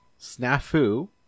Snafu